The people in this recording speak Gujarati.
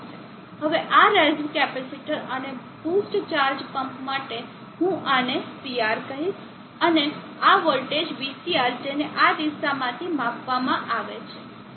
હવે આ રેઝ્વ કેપેસિટર અને બૂસ્ટ ચાર્જ પમ્પ માટે હું આને CR કહીશ અને આ વોલ્ટેજ VCR જેને આ દિશામાંથી માપવામાં આવે છે